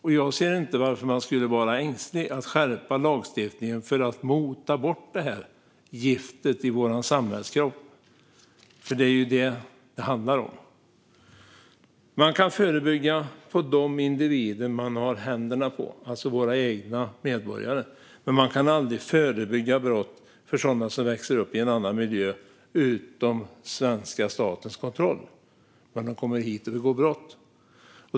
Jag ser inte varför man skulle vara ängslig för att skärpa lagstiftningen för att mota bort det här giftet i vår samhällskropp, för det är vad det handlar om. Man kan förebygga när det gäller de individer som man har händerna på, alltså våra egna medborgare. Men man kan aldrig förebygga brott när det gäller sådana som växer upp i en annan miljö utom svenska statens kontroll men som kommer hit och begår brott.